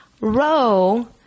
Row